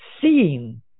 seeing